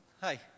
Hi